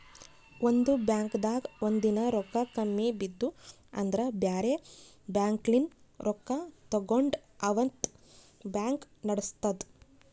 ಒಂದ್ ಬಾಂಕ್ದಾಗ್ ಒಂದಿನಾ ರೊಕ್ಕಾ ಕಮ್ಮಿ ಬಿದ್ದು ಅಂದ್ರ ಬ್ಯಾರೆ ಬ್ಯಾಂಕ್ಲಿನ್ತ್ ರೊಕ್ಕಾ ತಗೊಂಡ್ ಅವತ್ತ್ ಬ್ಯಾಂಕ್ ನಡಸ್ತದ್